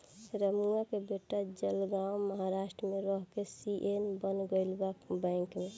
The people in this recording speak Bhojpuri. रमुआ के बेटा जलगांव महाराष्ट्र में रह के सी.ए बन गईल बा बैंक में